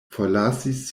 forlasis